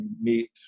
meet